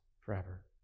forever